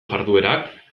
jarduerak